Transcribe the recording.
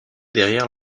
derrière